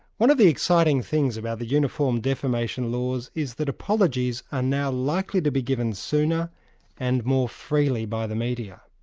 one of the exciting things about the uniform defamation laws is that apologies are now likely to be given sooner and more freely by the media.